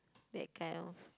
that kind of